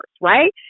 Right